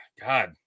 God